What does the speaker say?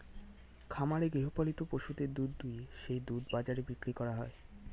খামারে গৃহপালিত পশুদের দুধ দুইয়ে সেই দুধ বাজারে বিক্রি করা হয়